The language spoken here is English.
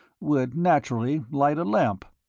would naturally light a lamp.